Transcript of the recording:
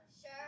Sure